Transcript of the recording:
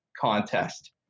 contest